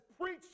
preach